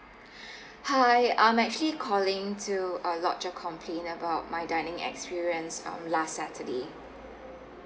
hi I'm actually calling to uh lodge a complain about my dining experience um last saturday